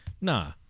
nah